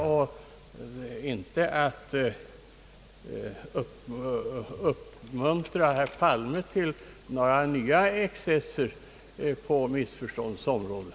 Jag försökte inte uppmuntra herr Palme till några nya excesser på missförståndens fält.